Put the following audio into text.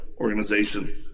organization